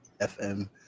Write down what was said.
fm